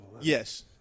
Yes